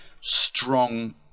strong